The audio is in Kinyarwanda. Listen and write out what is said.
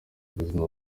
ubuzima